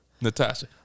Natasha